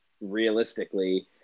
realistically